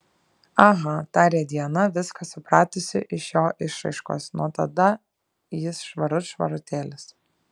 aha tarė diana viską supratusi iš jo išraiškos nuo tada jis švarut švarutėlis